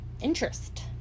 interest